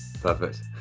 Perfect